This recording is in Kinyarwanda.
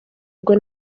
rwe